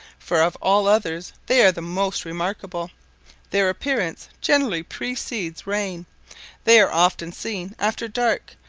for of all others they are the most remarkable their appearance generally precedes rain they are often seen after dark,